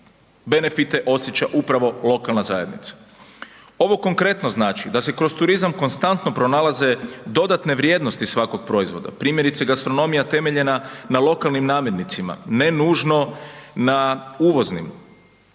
benefite osjeća upravo lokalna zajednica. Ovo konkretno znači da se kroz turizam konstantno pronalaze dodatne vrijednosti svakog proizvoda. Primjerice, gastronomija temeljena na lokalnim namirnicama, ne nužno na uvoznim.